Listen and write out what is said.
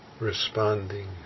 responding